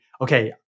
okay